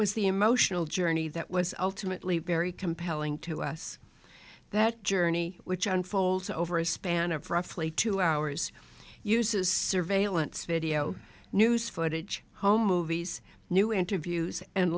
was the emotional journey that was ultimately very compelling to us that journey which on folds over a span of roughly two hours uses surveillance video news footage home movies new interviews and